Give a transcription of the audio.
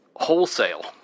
Wholesale